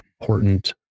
important